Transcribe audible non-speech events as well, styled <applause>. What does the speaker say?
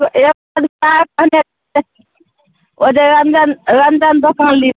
<unintelligible> ओ जे रञ्जन रञ्जन दोकान <unintelligible>